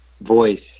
voice